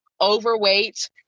overweight